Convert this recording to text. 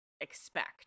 expect